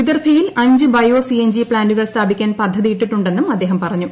വിദർഭയിൽ അഞ്ച് bio C N G പ്താന്റുകൾ സ്ഥാപിക്കാൻ പദ്ധതിയിട്ടിട്ടുണ്ടെന്നും അദ്ദേഹം പറഞ്ഞു